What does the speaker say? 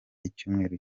icyumweru